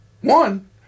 One